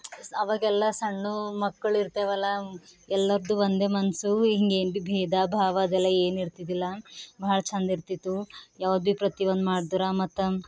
ಆವಾಗೆಲ್ಲ ಸಣ್ಣ ಮಕ್ಕಳಿರ್ತೇವಲ್ಲ ಎಲ್ಲರ್ದೂ ಒಂದೇ ಮನಸ್ಸು ಹೀಗೆ ಏನು ಭೀ ಭೇದ ಭಾವ ಅದೆಲ್ಲ ಏನಿರ್ತಿದ್ದಿಲ್ಲ ಭಾಳ ಚೆಂದಿರ್ತಿತ್ತು ಯಾವಾಗ ಭೀ ಪ್ರತಿಯೊಂದು ಮಾಡಿದ್ರೆ ಮತ್ತು